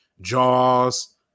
Jaws